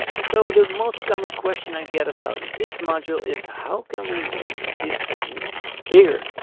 so the most common question i get about this module is how can we make this thing bigger?